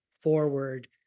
forward